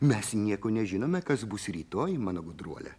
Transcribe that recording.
mes nieko nežinome kas bus rytoj mano gudruole